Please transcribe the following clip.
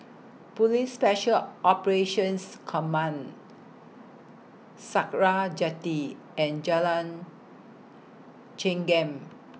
Police Special Operations Command Sakra Jetty and Jalan Chengam